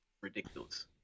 ridiculous